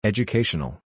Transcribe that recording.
Educational